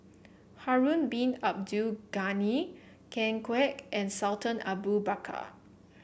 Harun Bin Abdul Ghani Ken Kwek and Sultan Abu Bakar